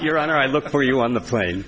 your honor i look for you on the plane